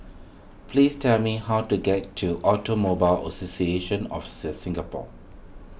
please tell me how to get to Automobile Association of the Singapore